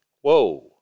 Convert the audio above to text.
whoa